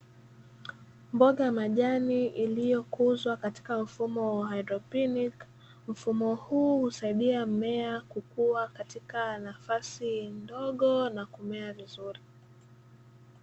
Mboga ya majani iliyokuzwa kwa mfumo wa “hydroponic”mfumo huu husaidia mmea kukua Katika nafasi ndogo na kumea vizuri.